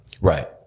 Right